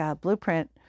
blueprint